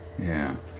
yeah,